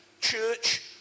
church